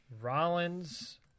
Rollins